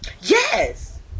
Yes